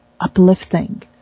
uplifting